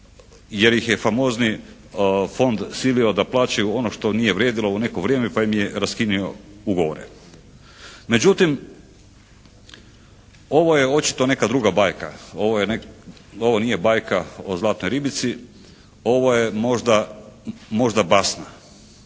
jer ih je famozni fond silio da plaćaju ono što nije vrijedilo u neko vrijeme, pa im je raskinio ugovore? Međutim ovo je očito neka druga bajka. Ovo nije banka o zlatnoj ribici. Ovo je možda basna.